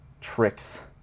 tricks